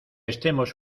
estemos